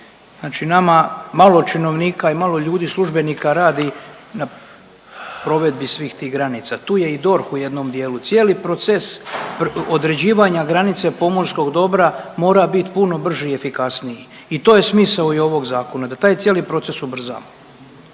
znači nama malo činovnika i malo ljudi, službenika radi na provedbi svih tih granica, tu je i DORH u jednom dijelu. Cijeli proces određivanja granice pomorskog dobra mora bit puno brži i efikasniji i to je smisao i ovog zakona da taj cijeli proces ubrzamo.